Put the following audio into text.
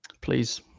Please